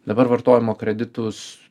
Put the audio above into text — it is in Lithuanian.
dabar vartojimo kreditus